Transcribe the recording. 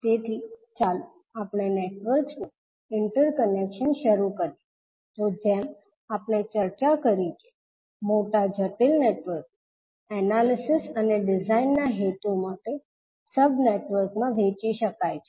તેથી ચાલો આપણે નેટવર્ક્સ નું ઇન્ટરકનેક્શન શરૂ કરીએ તો જેમ આપણે ચર્ચા કરી કે મોટા જટિલ નેટવર્કને એનાલિસિસ અને ડિઝાઇન ના હેતુ માટે સબ નેટવર્ક માં વહેંચી શકાય છે